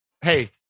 hey